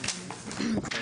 השכר.